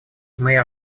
мои